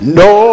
no